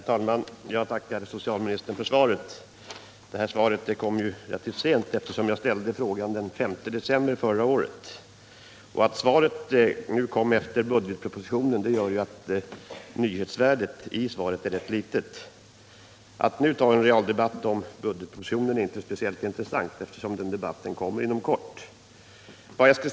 Herr talman! Jag tackar socialministern för svaret, som ju kom relativt sent, eftersom jag ställde frågan den 5 december förra året. Att svaret kom nu efter budgetpropositionen gör ju att dess nyhetsvärde är rätt litet. En realdebatt om budgetpropostionen i dag är inte speciellt intressant, då en sådan debatt inom kort kommer att hållas.